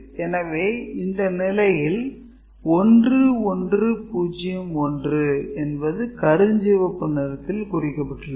எனவே இந்த நிலையில் 1 1 0 1 என்பது கருஞ்சிவப்பு நிறத்தில் குறிக்கப்பட்டுள்ளது